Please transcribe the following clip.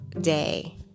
day